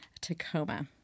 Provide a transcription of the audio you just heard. Tacoma